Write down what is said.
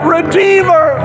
Redeemer